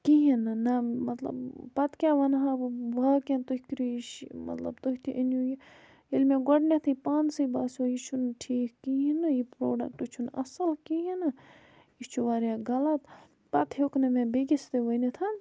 کِہیٖنۍ نہٕ نہ مطلب پَتہٕ کیٛاہ وَنہٕ ہا بہٕ باقیَن تُہۍ کرِو یہ شہِ مطلب تُہۍ تہِ أنِو یہِ ییٚلہِ مےٚ گۄڈٕنیٚتھٕے پانسٕے باسیٚو یہِ چھُنہٕ ٹھیٖک کِہیٖنۍ نہٕ یہِ پرٛوڈَکٹ چھُنہٕ اَصٕل کِہیٖنۍ نہٕ یہِ چھُ واریاہ غَلَط پَتہٕ ہیٚوکھ نہٕ مےٚ بیٚکِس تہِ ؤنِتھ